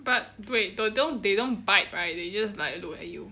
but wait they don't they don't bite right they just like look at you